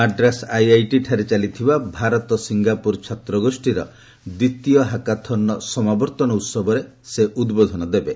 ମାଡ୍ରାସ ଆଇଆଇଟିଠାରେ ଚାଲିଥିବା ଭାରତ ସିଙ୍ଗାପୁର ଛାତ୍ରଗୋଷ୍ଠୀର ଦ୍ୱିତୀୟ ହାକାଥନ୍ର ସମାବର୍ତ୍ତନ ଉହବରେ ସେ ଉଦ୍ବୋଧନ ଦେବେ